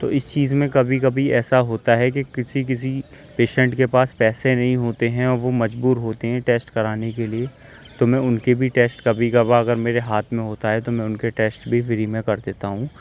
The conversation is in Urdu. تو اس چیز میں کبھی کبھی ایسا ہوتا ہے کہ کسی کسی پیشنٹ کے پاس پیسے نہیں ہوتے ہیں وہ مجبور ہوتے ہیں ٹیسٹ کرانے کے لیے تو میں ان کی بھی ٹیسٹ کبھی کبھار اگر میرے ہاتھ میں ہوتا ہے تو میں ان کے ٹیسٹ بھی فری میں کر دیتا ہوں